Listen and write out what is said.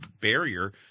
barrier